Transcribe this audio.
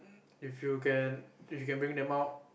if you can if you can bring them out